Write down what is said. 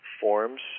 forms